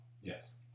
Yes